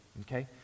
okay